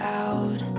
out